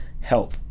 Help